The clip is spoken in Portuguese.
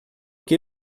que